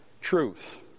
truth